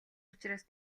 учраас